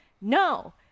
No